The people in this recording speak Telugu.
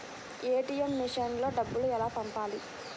ఏ.టీ.ఎం మెషిన్లో డబ్బులు ఎలా పంపాలి?